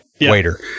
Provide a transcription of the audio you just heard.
waiter